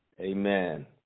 Amen